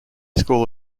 school